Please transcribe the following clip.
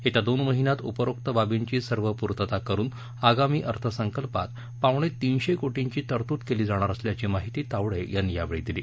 येत्या दोन महिन्यात उपरोक्त बाबींची सर्व पूर्तता करून आगामी अर्थसंकल्पात पावणे तीनशे कोटी ची तरतूद केली जाणार असल्याची माहिती तावडे यांनी यावेळी दिली